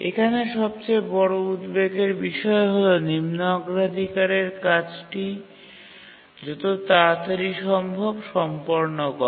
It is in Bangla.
এখানে সবচেয়ে বড় উদ্বেগের বিষয় হল নিম্ন অগ্রাধিকারের কাজটি যত তাড়াতাড়ি সম্ভব সম্পন্ন করা